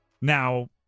Now